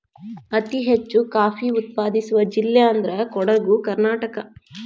ಅತಿ ಹೆಚ್ಚು ಕಾಫಿ ಉತ್ಪಾದಿಸುವ ಜಿಲ್ಲೆ ಅಂದ್ರ ಕೊಡುಗು ಕರ್ನಾಟಕ